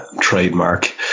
trademark